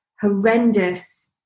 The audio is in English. horrendous